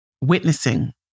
witnessing